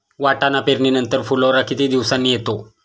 वाटाणा पेरणी नंतर फुलोरा किती दिवसांनी येतो?